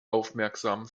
aufmerksam